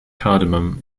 cardamom